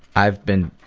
i've been